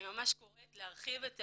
אני ממש קוראת להרחיב את